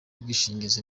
ubwishingizi